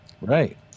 Right